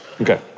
okay